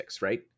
right